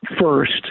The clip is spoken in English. First